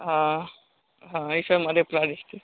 हाँ हाँ ए सब मधेपुरा डिस्टिक